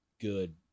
good